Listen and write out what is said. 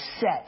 set